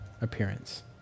appearance